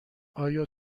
آیا